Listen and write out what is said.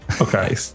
Okay